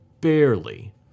barely